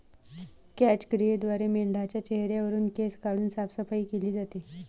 क्रॅच क्रियेद्वारे मेंढाच्या चेहऱ्यावरुन केस काढून साफसफाई केली जाते